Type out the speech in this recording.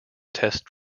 test